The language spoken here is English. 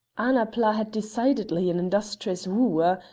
annapla had decidedly an industrious wooer,